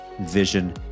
vision